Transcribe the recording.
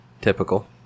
Typical